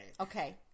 Okay